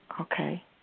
Okay